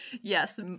Yes